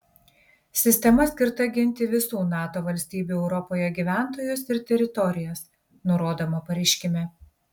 sistema skirta ginti visų nato valstybių europoje gyventojus ir teritorijas nurodoma pareiškime